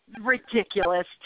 ridiculous